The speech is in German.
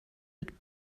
mit